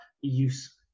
use